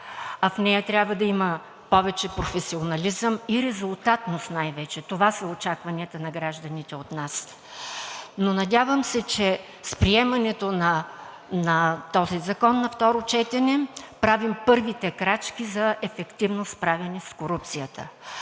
а в нея трябва да има повече професионализъм и резултатност най вече – това са очакванията на гражданите от нас. Но се надявам, че с приемането на този закон на второ четене правим първите крачки за ефективно справяне с корупцията,